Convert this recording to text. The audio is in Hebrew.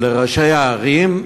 ראשי הערים,